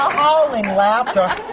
ah howling laughter,